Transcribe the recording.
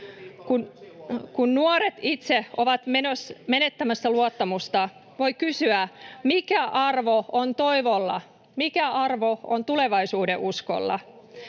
Kun nuoret itse ovat menettämässä luottamusta, voi kysyä, mikä arvo on toivolla, mikä arvo on tulevaisuudenuskolla?